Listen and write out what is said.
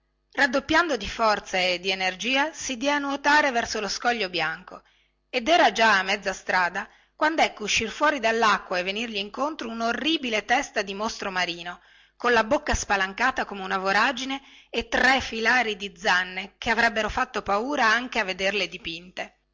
raddoppiando di forza e di energia si diè a nuotare verso lo scoglio bianco ed era già a mezza strada quando ecco uscir fuori dallacqua e venirgli incontro una orribile testa di mostro marino con la bocca spalancata come una voragine e tre filari di zanne che avrebbero fatto paura anche a vederle dipinte